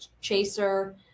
Chaser